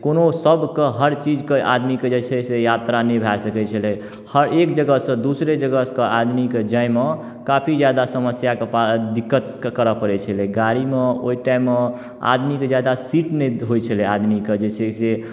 कोनो सबके हर चीजके आदमीके जे छै से यात्रा नहि भऽ सकै छलै हर एक जगहसँ दोसर जगहके आदमीके जाइमे काफी ज्यादा समस्याके पा दिक्कत करऽ पड़ै छलै गाड़ीमे ओहि टाइममे आदमीके ज्यादा सीट नहि होइ छलै आदमीके जे छै से